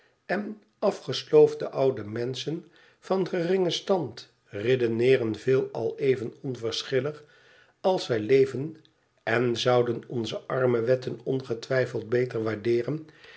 en afgesloofde oude menschen van geringen stand redeneeren veelal even onverschillig als zij leven en zouden onze armenwetten ongetwijfeld beter waardeeren